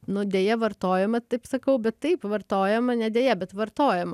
nu deja vartojama taip sakau bet taip vartojama ne deja bet vartojama